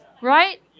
Right